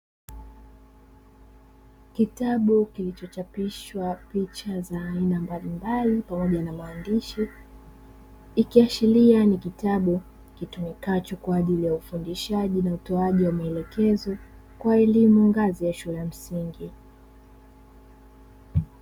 Kitabu kilichochapishwa picha za aina mbalimbali pamoja na maandishi, ikiashiria ni kitabu kitumikacho kwa ajili ya ufundishaji na utoaji ya maelekezo kwa walimu ngazi ya shule ya msingi.